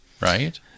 right